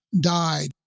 died